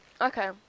okay